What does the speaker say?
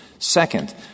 Second